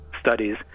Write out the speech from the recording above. studies